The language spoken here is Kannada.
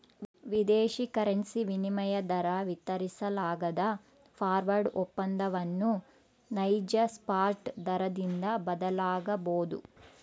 ವಿದೇಶಿ ಕರೆನ್ಸಿ ವಿನಿಮಯ ದರ ವಿತರಿಸಲಾಗದ ಫಾರ್ವರ್ಡ್ ಒಪ್ಪಂದವನ್ನು ನೈಜ ಸ್ಪಾಟ್ ದರದಿಂದ ಬದಲಾಗಬೊದು